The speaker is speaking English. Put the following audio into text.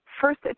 first